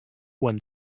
when